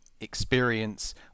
experience